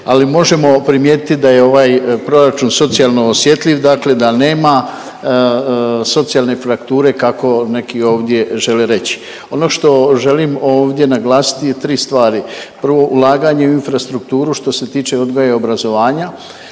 ali možemo primijetiti da je ovaj proračun socijalno osjetljiv, dakle da nema socijalne frakture kako neki ovdje žele reći. Ono što želim ovdje naglasiti je tri stvari. Prvo, ulaganje u infrastrukturu što se tiče odgoja i obrazovanja,